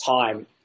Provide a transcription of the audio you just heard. time